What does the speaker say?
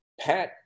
Pat